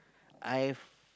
I've